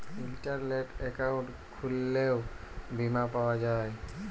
ইলটারলেট account খুইললেও বীমা পাউয়া যায়